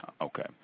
Okay